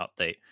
update